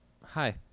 Hi